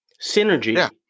synergy